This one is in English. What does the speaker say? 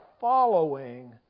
following